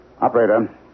Operator